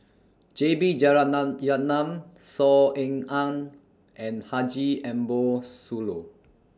J B Saw Ean Ang and Haji Ambo Sooloh